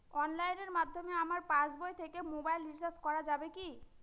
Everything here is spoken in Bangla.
অনলাইনের মাধ্যমে আমার পাসবই থেকে মোবাইল রিচার্জ করা যাবে কি?